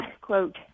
quote